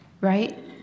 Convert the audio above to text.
Right